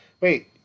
wait